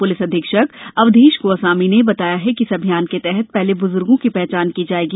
police अधीक्षक अवधेश गोस्वामी ने बताया कि इस अभियान के तहत पहले ब्ज्गों की पहचान की जायेगी